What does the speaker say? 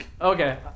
okay